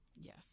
Yes